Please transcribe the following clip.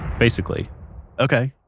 basically okay.